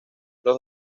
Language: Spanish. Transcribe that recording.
los